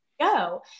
go